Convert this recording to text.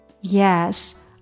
Yes